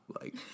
Like-